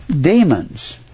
Demons